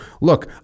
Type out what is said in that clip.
Look